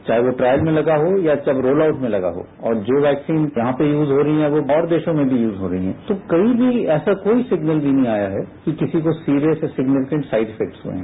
चाहे वो ट्रायल में लगा हो या वो रोल आउट में लगा हो और जो वैक्सीन यहां पर यूज हो रही हैं वो और देशों में भी यूज हो रही हैं तो कहीं भी ऐसा कोई सिग्नल भी नहीं आया है कि किसी को serious and significant side effect हुए हैं